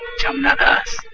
jamnadas.